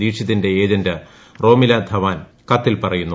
ദീക്ഷിതിന്റെ agent Romila Dhawan കത്തിൽ പറയുന്നു